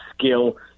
skill